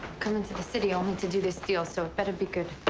come into the city only to do this deal, so it better be good.